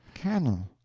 cannel.